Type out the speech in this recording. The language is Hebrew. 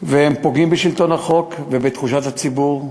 שהארגונים פוגעים בשלטון החוק ובתחושת הציבור,